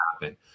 happen